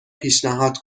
پیشنهاد